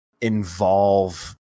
involve